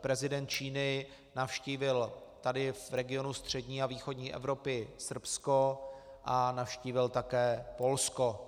prezident Číny navštívil tady v regionu střední a východní Evropy Srbsko a navštívil také Polsko.